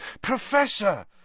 Professor